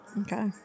Okay